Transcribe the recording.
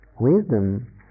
wisdom